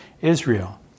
Israel